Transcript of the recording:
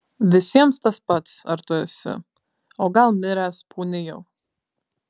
visiems tas pats ar tu esi o gal miręs pūni jau